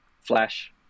Flash